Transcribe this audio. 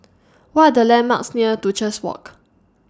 What Are The landmarks near Duchess Walk